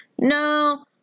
no